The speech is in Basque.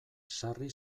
sarri